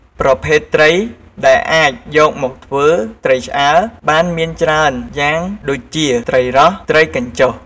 ប្រភេទត្រីដែលអាចយកមកធ្វើ ត្រីឆ្អើរ បានមានច្រើនយ៉ាងដូចជាត្រីរ៉ស់ ត្រីកញ្ជុះ។